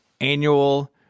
annual